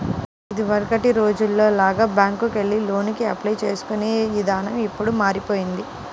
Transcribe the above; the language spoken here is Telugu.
ఇదివరకటి రోజుల్లో లాగా బ్యేంకుకెళ్లి లోనుకి అప్లై చేసుకునే ఇదానం ఇప్పుడు మారిపొయ్యింది